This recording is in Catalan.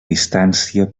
distància